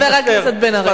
חבר הכנסת בן-ארי.